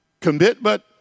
commitment